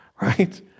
Right